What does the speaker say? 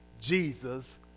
Jesus